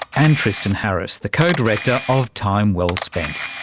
and tristan harris, the co-director of time well spent.